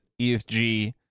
efg